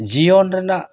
ᱡᱤᱭᱚᱱ ᱨᱮᱱᱟᱜ